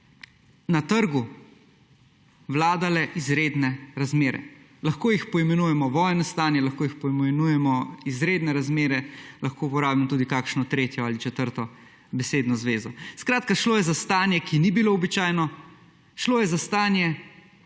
na trgu vladale izredne razmere. Lahko jih poimenujemo vojno stanje, lahko jih poimenujemo izredne razmere, lahko uporabim tudi kakšno tretjo ali četrto besedno zvezo. Skratka, šlo je za stanje, ki ni bilo običajno, šlo je za stanje preživeti ali